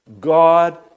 God